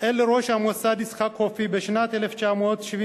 אל ראש המוסד יצחק חופי בשנת 1977,